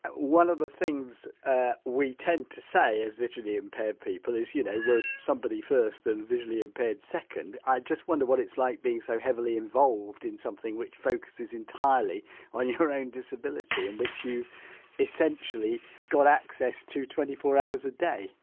one of things ah we tend to say, as visually impaired people, is yeah we're somebody first and visually impaired second, i just wonder what it's like being so heavily involved in something which focuses entirely on your own disability and which you've essentially got access to twenty four hours a day?